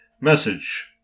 message